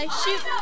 shoot